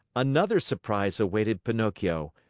another surprise awaited pinocchio!